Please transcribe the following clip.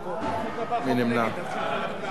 מי נמנע?